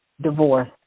divorce